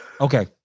Okay